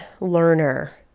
learner